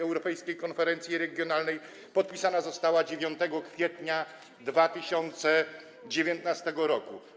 Europejskiej Konferencji Regionalnej podpisana została 9 kwietnia 2019 r.